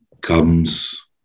comes